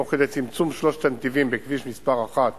תוך כדי צמצום שלושת הנתיבים בכביש מס' 1